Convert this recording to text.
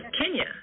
Kenya